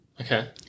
okay